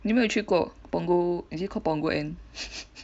你有没有去过 Punggol is it called Punggol end